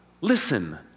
listen